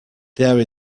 there